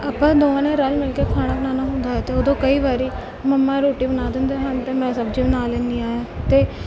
ਆਪਾਂ ਦੋਵਾਂ ਨੇ ਰਲ ਮਿਲ ਕੇ ਖਾਣਾ ਬਣਾਉਣਾ ਹੁੰਦਾ ਹੈ ਅਤੇ ਉਦੋਂ ਕਈ ਵਾਰੀ ਮੰਮਾ ਰੋਟੀ ਬਣਾ ਦਿੰਦੇ ਹਨ ਅਤੇ ਮੈਂ ਸਬਜ਼ੀ ਬਣਾ ਲੈਂਦੀ ਹਾਂ ਅਤੇ